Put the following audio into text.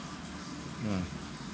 mm